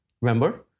Remember